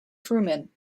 truman